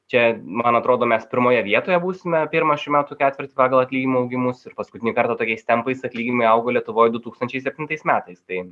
čia man atrodo mes pirmoje vietoje būsime pirmą šių metų ketvirtį pagal atlyginimų augimus ir paskutinį kartą tokiais tempais atlyginimai augo lietuvoj du tūkstančiai septintais metais tai